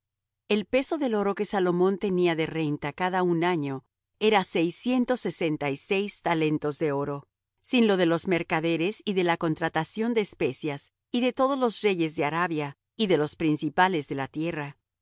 el peso del oro que salomón tenía de renta cada un año era seiscientos sesenta y seis talentos de oro sin lo de los mercaderes y de la contratación de especias y de todos los reyes de arabia y de los principales de la tierra